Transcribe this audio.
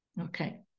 okay